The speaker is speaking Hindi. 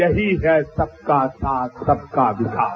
यही है सबका साथ सबका विकास